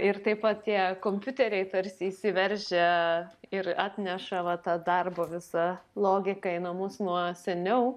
ir taip pat tie kompiuteriai tarsi įsiveržia ir atneša va tą darbo visą logiką į namus nuo seniau